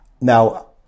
Now